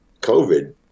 covid